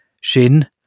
shin